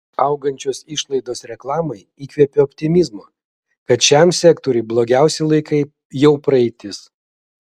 augančios išlaidos reklamai įkvepia optimizmo kad šiam sektoriui blogiausi laikai jau praeitis